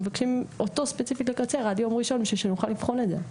מבקשים אותו ספציפית לקצר עד יום ראשון בשביל שנוכל לבחון את זה.